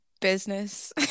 business